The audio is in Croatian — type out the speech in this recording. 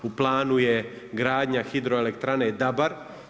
U planu je gradnja hidroelektrane Dabar.